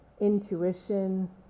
intuition